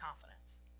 confidence